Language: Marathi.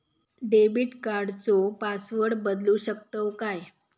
डेबिट कार्डचो पासवर्ड बदलु शकतव काय?